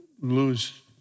lose